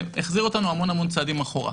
זה מחזיר אותנו הרבה צעדים אחורה.